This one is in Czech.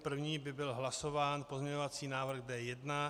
První by byl hlasován pozměňovací návrh D1.